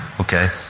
Okay